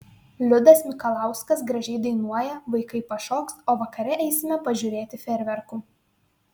liudas mikalauskas gražiai dainuoja vaikai pašoks o vakare eisime pažiūrėti fejerverkų